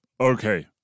okay